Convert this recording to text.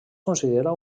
considera